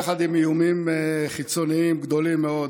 יחד עם איומים חיצוניים גדולים מאוד: